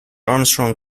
armstrong